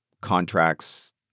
contracts